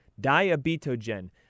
Diabetogen